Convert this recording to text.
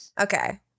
Okay